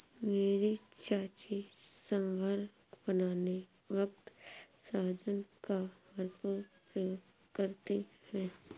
मेरी चाची सांभर बनाने वक्त सहजन का भरपूर प्रयोग करती है